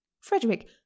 frederick